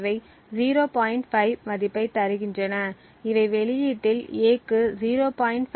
5 மதிப்பை தருகின்றன இவை வெளியீட்டில் A க்கு 0